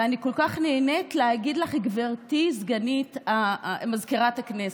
ואני כל כך נהנית להגיד לך "גברתי מזכירת הכנסת",